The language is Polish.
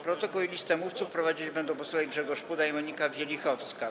Protokół i listę mówców prowadzić będą posłowie Grzegorz Puda i Monika Wielichowska.